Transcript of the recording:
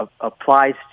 applies